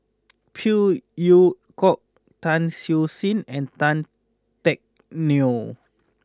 Phey Yew Kok Tan Siew Sin and Tan Teck Neo